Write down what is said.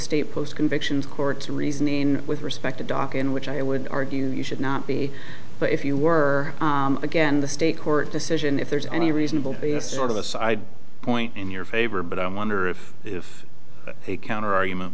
state post convictions court's reasoning with respect to dock in which i would argue you should not be but if you were again the state court decision if there's any reasonable you know sort of a side point in your favor but i wonder if if a counterargument